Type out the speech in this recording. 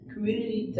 community